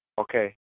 Okay